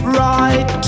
right